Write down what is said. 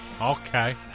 okay